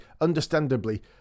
understandably